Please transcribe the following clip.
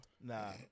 Nah